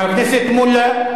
חבר הכנסת מולה.